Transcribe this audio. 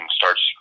starts